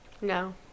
no